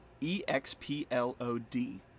E-X-P-L-O-D